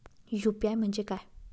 UPI म्हणजे काय?